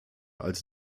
als